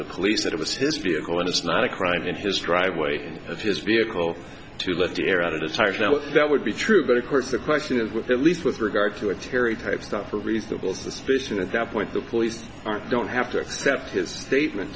the police that assist vehicle and it's not a crime in his driveway of his vehicle to let the air out of the tires now that would be true but of course the question of what the least with regard to a terry type stuff or reasonable suspicion at that point the police don't have to accept his statement